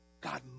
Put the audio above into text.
God